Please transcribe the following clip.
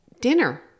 Dinner